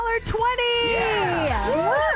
20